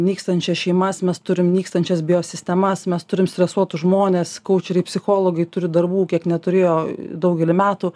nykstančias šeimas mes turim nykstančias biosistemas mes turim stresuotus žmones koučeriai psichologai turi darbų kiek neturėjo daugelį metų